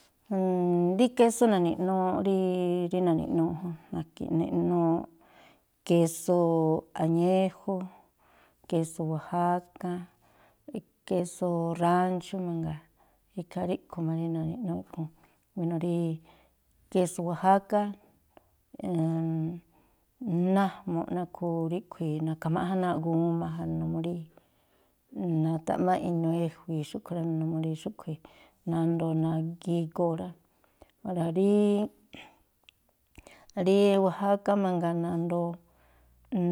rí késú na̱ni̱ꞌnúúꞌ rí rí na̱ni̱ꞌnúúꞌ jún késú añéjú, késú oajáká, késú ránchú mangaa. Ikhaa ríꞌkhui̱ má rí na̱ni̱ꞌnúúꞌ ikhúún. Wéno̱ rí késú oajácá, najmu̱ꞌ nakhu ríꞌkhui̱, na̱kha̱máꞌján náa̱ꞌ guma ja, numuu rí na̱ta̱ꞌmáꞌ inuu e̱jui̱i xúꞌkhui̱ rá. Numuu rí xúꞌkhui̱ nandoo nagigoo rá. Ora̱ rí rí oajáká mangaa nandoo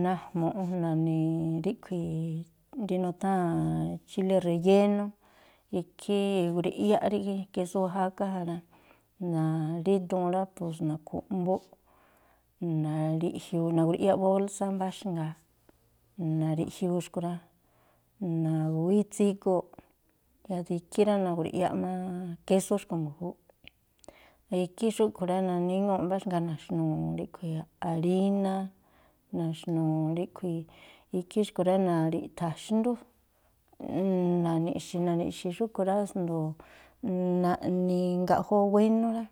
najmu̱ꞌ na̱ni̱ ríꞌkhui̱ rí nutháa̱n chílé rellénú. Ikhí i̱grui̱ꞌyáꞌ rí késú oajáká ja rá. rí duun rá pos na̱khu̱ꞌmbúꞌ na̱riꞌjiuu, na̱grui̱ꞌyáꞌ bólsá mbáxngaa, na̱riꞌjiuu xkui̱ rá. Na̱gu̱wíí tsígooꞌ, yáá de ikhí rá, na̱grui̱ꞌyáꞌ má késú skui̱ mbu̱júúꞌ. Ikhí xúꞌkhui̱ rá, nanígúu̱ꞌ mbáxngaa na̱xnu̱u̱ ríꞌkhui̱, aríná, na̱xnu̱u̱ ríꞌkhui̱. Ikhí xkui̱ rá, na̱ri̱ꞌtha̱ xndú, na̱ni̱ꞌxi̱ na̱xi̱ꞌxi̱ xúꞌkhui̱ rá a̱sndo̱o naꞌni ngáꞌjóó wénú rá,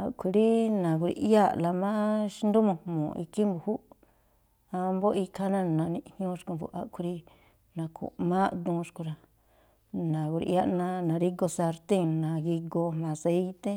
a̱ꞌkhui̱ rí nagrui̱ꞌyáa̱ꞌla má xndú mu̱ꞌjmu̱u̱ꞌ ikhí mbu̱júúꞌ, wámbóꞌ ikhaa rá, na̱ni̱ꞌjñuu xkui̱ mbu̱júúꞌ, a̱ꞌkhui̱ rí na̱khu̱ꞌmááꞌ duun xkui̱ rá. Na̱grui̱ꞌyáꞌ na̱rígu sartíi̱n nagigoo jma̱a aséíté.